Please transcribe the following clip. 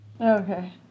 Okay